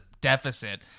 deficit